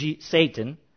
Satan